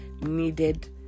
needed